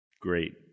Great